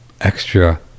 extra